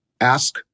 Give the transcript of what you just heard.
ask